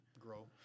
grow